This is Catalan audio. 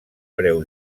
preu